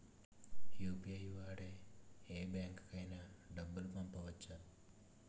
UPI number వాడి యే బ్యాంకుకి అయినా డబ్బులు పంపవచ్చ్చా?